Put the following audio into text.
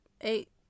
eight